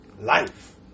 life